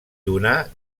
donà